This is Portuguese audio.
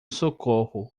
socorro